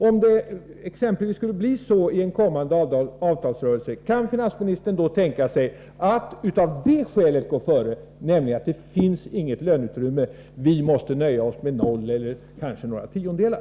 Om det nu skulle bli så i en kommande avtalsrörelse, kan finansministern då tänka sig att gå före av det skälet att det inte finns något löneutrymme och säga att vi måste nöja oss med noll eller kanske några tiondelar?